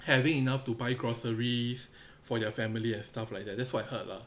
having enough to buy groceries for their family and stuff like that that's what I heard lah